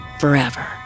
forever